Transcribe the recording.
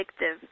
addictive